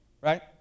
Right